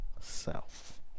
self